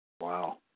Wow